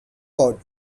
cod